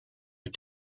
get